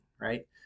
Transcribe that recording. right